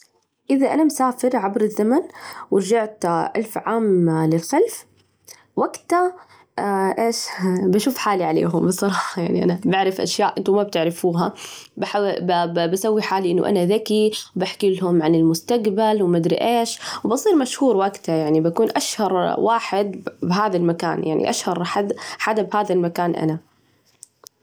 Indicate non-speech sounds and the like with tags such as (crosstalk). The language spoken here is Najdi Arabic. إذا أنا مسافر عبر الزمن ورجعت ألف عام للخلف، وجتها إيش؟ بشوف حالي عليهم الصراحة، (laughs) يعني أنا بعرف أشياء أنتم ما بتعرفوها، بحا ب بسوي حالي إنه أنا ذكي، وبحكي لهم عن المستقبل وما أدري إيش، بصير مشهور وجتها، يعني أكون أشهر واحد بهذا المكان، يعني أشهر حد حدا بهذا المكان أنا!